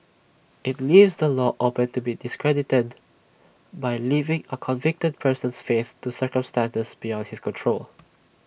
IT leaves the law open to be discredited by leaving A convicted person's fate to circumstances beyond his control